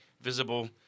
visible